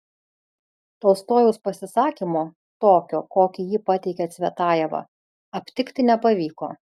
tolstojaus pasisakymo tokio kokį jį pateikė cvetajeva aptikti nepavyko